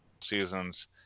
seasons